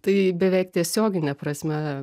tai beveik tiesiogine prasme